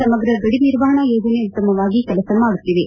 ಸಮಗ್ರ ಗಡಿ ನಿರ್ವಾಹಣಾ ಯೋಜನೆ ಉತ್ತಮವಾಗಿ ಕೆಲಸ ಮಾಡುತ್ತಿವೆ